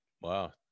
Wow